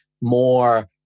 more